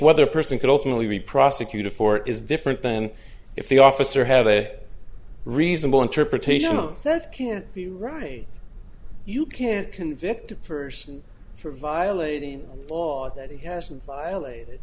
whether a person could ultimately be prosecuted for it is different than if the officer have a reasonable interpretation of that can't be right you can't convict a person for violating a law that he has violated